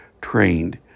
trained